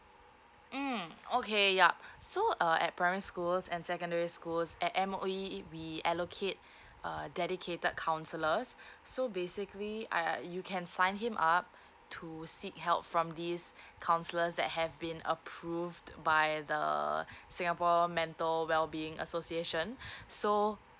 mm okay yup so uh at primary schools and secondary schools at M_O_E we allocate err dedicated counsellors so basically I I you can sign him up to seek help from these counsellors that have been approved by the singapore mental well being association so